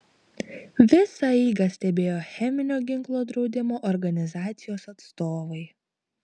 visą eigą stebėjo cheminio ginklo draudimo organizacijos atstovai